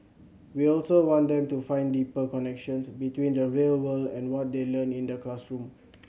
we also want them to find deeper connections between the real world and what they learn in the classroom